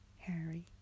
Harry